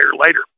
later